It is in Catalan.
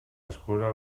escura